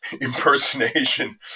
impersonation